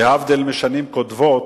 להבדיל משנים קודמות,